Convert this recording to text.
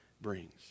brings